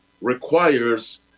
requires